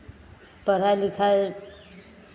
पढ़ाइ लिखाइ